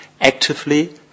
actively